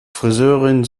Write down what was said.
friseurin